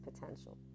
potential